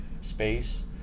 space